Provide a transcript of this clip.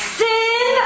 sin